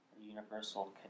universal